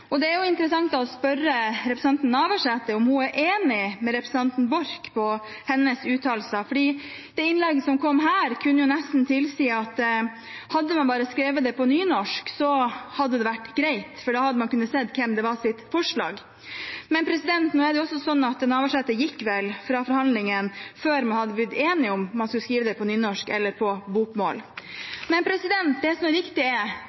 innlegget som kom her, kunne nesten tilsi at hadde man bare skrevet det på nynorsk, hadde det vært greit, for da hadde man kunnet se hvem som hadde forslaget. Men nå er det vel også sånn at Navarsete gikk fra forhandlingene før man hadde blitt enige om man skulle skrive det på nynorsk eller på bokmål. Det som er viktig er: